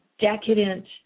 decadent